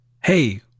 Hey